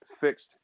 fixed